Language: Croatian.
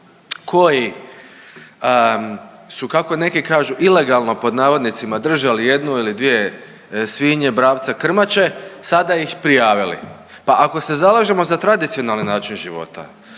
koji su kako neki kažu ilegalno pod navodnicima držali jednu ili dvije svinje, bravca, krmače sada ih prijavili. Pa ako se zalažemo za tradicionalni način života,